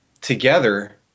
together